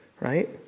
Right